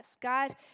God